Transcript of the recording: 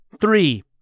Three